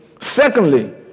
Secondly